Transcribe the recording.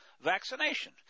vaccination